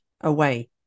away